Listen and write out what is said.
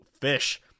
fish